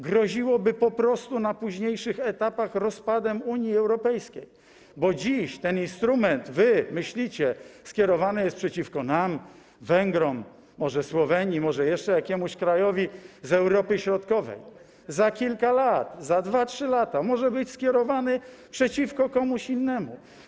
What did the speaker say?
Groziłoby po prostu na późniejszych etapach rozpadem Unii Europejskiej, bo ten instrument, jak myślicie, dziś skierowany przeciwko nam, Węgrom, może Słowenii, może jeszcze jakiemuś krajowi z Europy Środkowej, za kilka lat, za dwa, trzy lata może być skierowany przeciwko komuś innemu.